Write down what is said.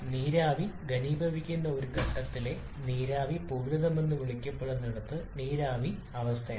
നീരാവി ഘനീഭവിക്കുന്ന ഒരു ഘട്ടത്തിലെ നീരാവി പൂരിതമെന്ന് വിളിക്കപ്പെടുന്നിടത്ത് നീരാവി അവസ്ഥയാണ്